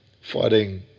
fighting